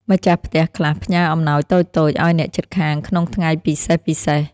ម្ចាស់ផ្ទះខ្លះផ្ញើអំណោយតូចៗឱ្យអ្នកជិតខាងក្នុងថ្ងៃពិសេសៗ។